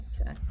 Okay